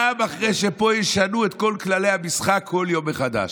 גם אחרי שפה ישנו את כל כללי המשחק כל יום מחדש.